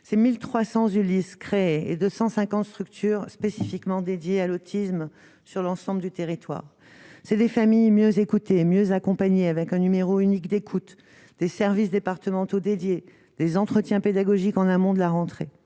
c'est 1000 300 Ulysse, créer 250 structures spécifiquement dédié à l'autisme, sur l'ensemble du territoire, c'est des familles mieux écoutés, mieux accompagner avec un numéro unique d'écoute des services départementaux dédié les entretiens pédagogique en amont de la rentrée,